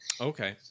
Okay